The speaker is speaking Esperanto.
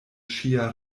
ŝia